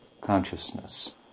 consciousness